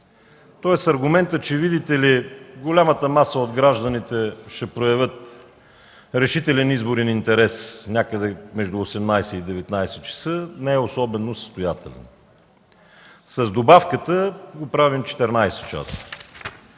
Тоест аргументът, че, видите ли, голямата маса от граждани ще проявят решителен изборен интерес някъде между 18,00 и 19,00 ч. не е особено състоятелен. С добавката го правим 14 часа.